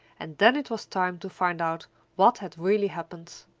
and then it was time to find out what had really happened.